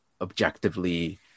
objectively